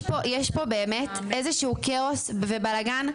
יש פה באמת איזשהו כאוס ובלגן,